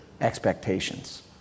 expectations